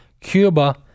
Cuba